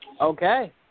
Okay